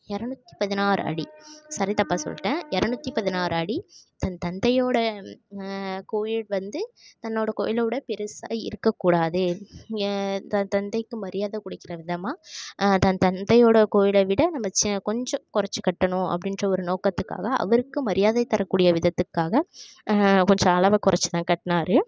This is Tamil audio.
இரநூத்தி பதினாறு அடி சாரி தப்பாக சொல்லிட்டேன் இரநூத்தி பதினாறு அடி தன் தந்தையோடய கோயில் வந்து தன்னோடய கோயிலவிட பெருசாக இருக்கக் கூடாது என் தன் தந்தைக்கு மரியாத கொடுக்கிற விதமாக தன் தந்தையோடய கோயிலை விட நம்ப செ கொஞ்சம் குறச்சி கட்டணும் அப்படின்ற ஒரு நோக்கத்துக்காக அவருக்கு மரியாதை தர கூடிய விதத்துக்காக கொஞ்சம் அளவை குறச்சிதான் கட்டினாரு